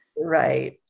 right